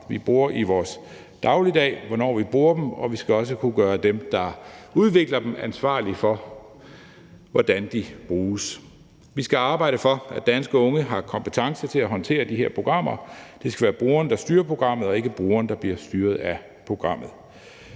vi bruger i vores dagligdag, når vi bruger dem, og vi skal også kunne gøre dem, der udvikler dem, ansvarlige for, hvordan de bruges. Vi skal arbejde for, at danske unge har kompetencer til at håndtere de her programmer. Det skal være brugeren, der styrer programmet, og ikke brugeren, der bliver styret af programmet.